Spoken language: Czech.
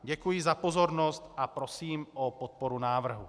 Děkuji za pozornost a prosím o podporu návrhu.